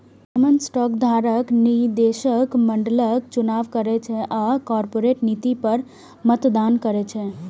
common stock धारक निदेशक मंडलक चुनाव करै छै आ कॉरपोरेट नीति पर मतदान करै छै